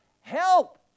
help